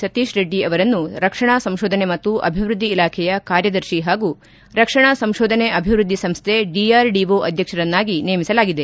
ಸತೀಶ್ ರೆಡ್ಡಿ ಅವರನ್ನು ರಕ್ಷಣಾ ಸಂಶೋಧನೆ ಮತ್ತು ಅಭಿವೃದ್ದಿ ಇಲಾಖೆಯ ಕಾರ್ಯದರ್ಶಿ ಹಾಗೂ ರಕ್ಷಣಾ ಸಂಶೋಧನೆ ಅಭಿವೃದ್ದಿ ಸಂಸ್ಥೆ ಡಿಆರ್ಡಿಒ ಅಧ್ಯಕ್ಷರನ್ನಾಗಿ ನೇಮಿಸಲಾಗಿದೆ